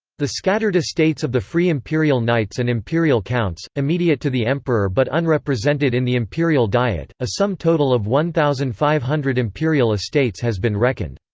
the scattered estates of the free imperial knights and imperial counts, immediate to the emperor but unrepresented in the imperial diet a sum total of one thousand five hundred imperial estates has been reckoned.